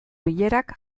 bilerak